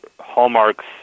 hallmarks